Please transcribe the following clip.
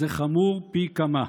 זה חמור פי כמה.